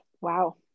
wow